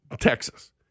Texas